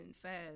fast